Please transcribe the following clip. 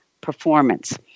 performance